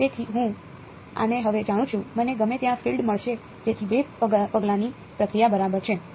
તેથી હું આને હવે જાણું છું મને ગમે ત્યાં ફીલ્ડ મળશે જેથી બે પગલાની પ્રક્રિયા બરાબર છે